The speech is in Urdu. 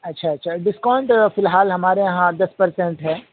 اچھا اچھا ڈسکاؤنٹ فی الحال ہمارے یہاں دس پر سینٹ ہے